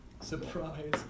Surprise